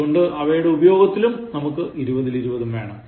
അതുകൊണ്ട് ഇവയുടെ ഉപയോഗത്തിലും 20ൽ 20ഉം വേണം